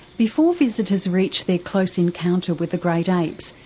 before visitors reach their close encounter with the great apes,